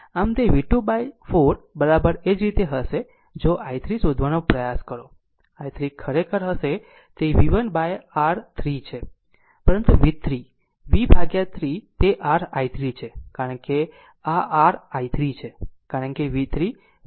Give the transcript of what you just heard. આમ તે v2 by 4 બરાબર એ જ રીતે હશે જો i3 શોધવાનો પ્રયાસ કરો i3 ખરેખર હશે તે v1 by r 3 છે પરંતુ v 3 તે r i3 છે કારણ કે આ r i3 છે કારણ કે v3 v1 r v